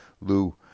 Lou